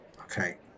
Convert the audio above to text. Okay